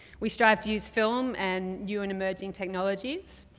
we strive to use film and new and emerging technologies